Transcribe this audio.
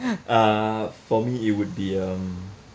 uh for me it would be um